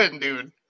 dude